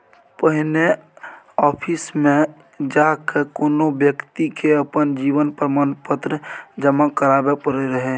पहिने आफिसमे जा कए कोनो बेकती के अपन जीवन प्रमाण पत्र जमा कराबै परै रहय